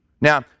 Now